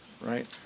right